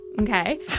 Okay